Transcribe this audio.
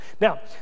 Now